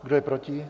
Kdo je proti?